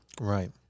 Right